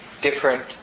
different